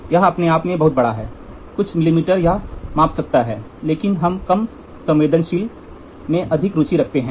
यह अपने आप में बहुत बड़ा है कुछ मिलीमीटर यह माप सकता है लेकिन हम कम संवेदनशीलता में अधिक रुचि रखते हैं